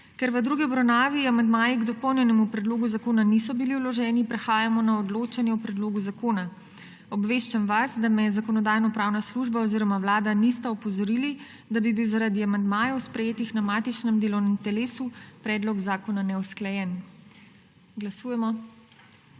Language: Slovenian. Ker v drugi obravnavi amandmaji k dopolnjenemu predlogu zakona niso bili sprejeti, prehajamo na odločanje o predlogu zakona. Obveščam vas, da me Zakonodajno-pravna služba oziroma Vlada nista opozorili, da bi bil zaradi amandmaje,v sprejetih na matičnem delovnem telesu, predlog zakona neusklajen. Mag.